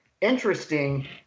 interesting